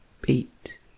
beat